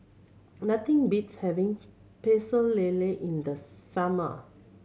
nothing beats having Pecel Lele in the summer